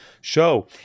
show